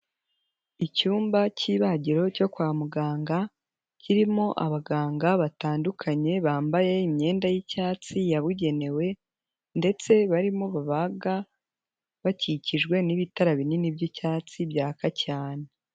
iIcyumba cy'ibagiro cyo kwa muganga kirimo abaganga batandukanye bambaye imyenda y'icyatsi yabugenewe, ndetse barimo babaga bakikijwe n'ibitara binini by'icyatsi byaka cyane.